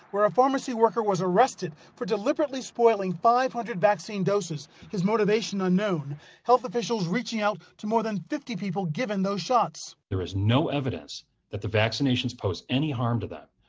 where a pharmacy worker was arrested for deliberately spoiling five hundred vaccine doses his motivation unknown health officials reaching out to more than fifty people given those shots. there is no evidence that the vaccinations pose any harm to them,